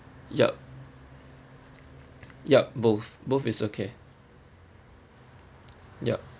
yup yup both both is okay yup